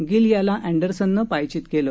gill याला अँडरसननं पायचित केलं